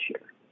year